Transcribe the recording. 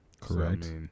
Correct